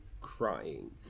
crying